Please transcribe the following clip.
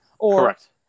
Correct